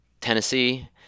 Tennessee